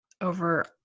over